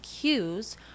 cues